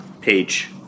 page